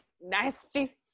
Nasty